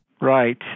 Right